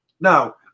Now-